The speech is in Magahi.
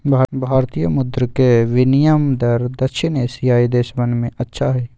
भारतीय मुद्र के विनियम दर दक्षिण एशियाई देशवन में अच्छा हई